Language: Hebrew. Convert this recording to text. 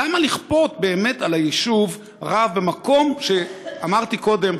למה לכפות על היישוב רב, במקום, אמרתי קודם,